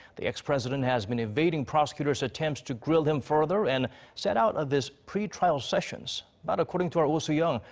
the ex president has been evading prosecutors' attempts to grill him further, and sat out of his pre-trial sessions. but according to our oh soo-yung,